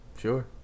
Sure